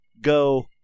go